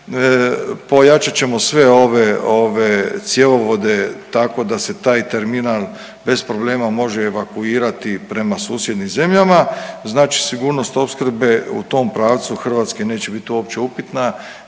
pojačat ćemo sve ove, ove cjevovode tako da se taj terminal bez problema može evakuirati prema susjednim zemljama, znači sigurnost opskrbe u tom pravcu Hrvatske neće bit uopće upitna